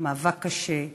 מאבק קשה,